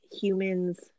humans